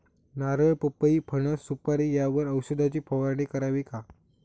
नारळ, पपई, फणस, सुपारी यावर औषधाची फवारणी करावी का?